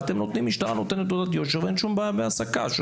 המשטרה נותנת תעודת יושר ואין שום בעיה בהעסקתו.